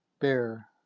Bear